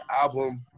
album